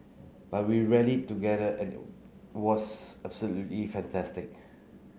but we rallied together and it was absolutely fantastic